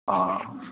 অঁ